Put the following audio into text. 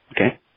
okay